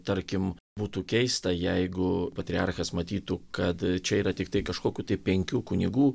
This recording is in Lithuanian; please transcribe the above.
tarkim būtų keista jeigu patriarchas matytų kad čia yra tiktai kažkokių tai penkių kunigų